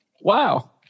wow